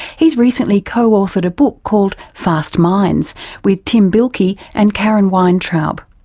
he's recently co-authored a book called fast minds with tim bilkey and karen weintraub.